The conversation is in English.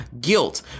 guilt